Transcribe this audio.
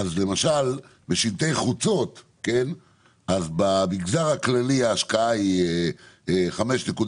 בשלטי חוצות במגזר הכללי ההשקעה היא 5.3%,